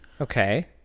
Okay